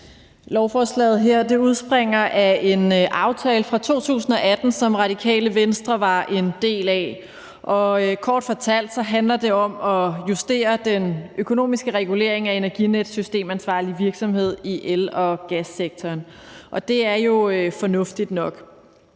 Lovforslaget her udspringer af en aftale fra 2018, som Radikale Venstre var en del af. Kort fortalt handler det om at justere den økonomiske regulering af Energinets systemansvarlige virksomhed i el- og gassektoren, og det er jo fornuftigt nok.